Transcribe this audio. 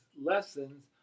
lessons